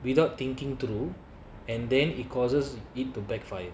without thinking through and then it causes it to backfire